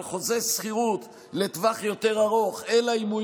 על חוזה שכירות לטווח יותר ארוך אלא אם כן